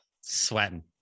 sweating